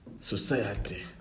society